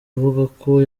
avugako